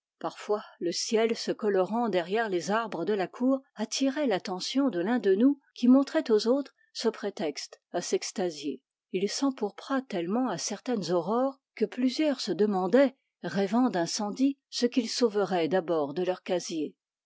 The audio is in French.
parfois le ciel se colorant derrière les arbres de la cour attirait l'attention de l'un de nous qui montrait aux autres ce prétexte à s'extasier il s'empourpra tellement à certaines aurores que plusieurs se demandaient rêvant d'incendie ce qu'ils sauveraient d'abord de leur casier